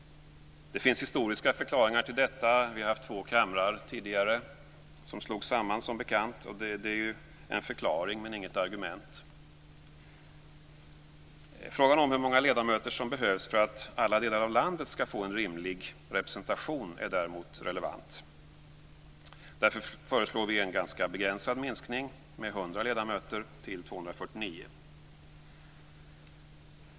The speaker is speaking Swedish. Det finns historiska förklaringar till detta. Vi har haft två kamrar tidigare som slogs samman, som bekant. Det är en förklaring, men inget argument. Frågan om hur många ledamöter som behövs för att alla delar av landet skall få en rimlig representation är däremot relevant. Därför föreslår vi en ganska begränsad minskning med 100 ledamöter till 249.